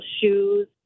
shoes